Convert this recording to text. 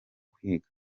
kwiga